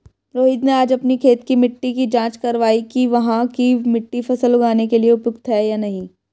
रोहित ने आज अपनी खेत की मिट्टी की जाँच कारवाई कि वहाँ की मिट्टी फसल उगाने के लिए उपयुक्त है या नहीं